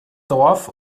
dorf